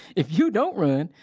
if you don't run,